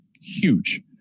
huge